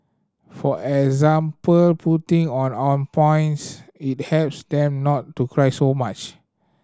for example putting on ointments it helps them not to cry so much